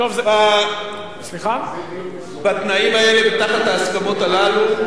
בתנאים האלה ותחת ההסכמות הללו,